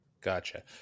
Gotcha